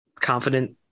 confident